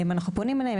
אנחנו פונים אליהם.